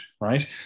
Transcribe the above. right